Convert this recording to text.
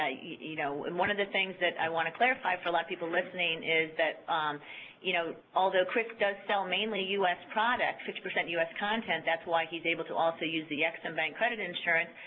ah you know and one of the things that i want to clarify for a lot of people listening is that you know although chris does sell mainly u s. products, fifty percent u s. content, that's why he's able to also use the ex-im bank credit insurance,